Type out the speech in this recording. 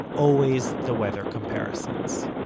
always the weather comparisons.